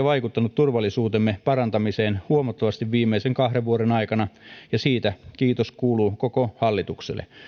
vaikuttanut turvallisuutemme parantamiseen huomattavasti viimeisen kahden vuoden aikana ja siitä kiitos kuuluu koko hallitukselle